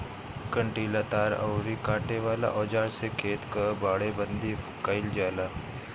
कंटीला तार अउरी काटे वाला औज़ार से खेत कअ बाड़ेबंदी कइल जाला